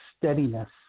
steadiness